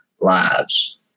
lives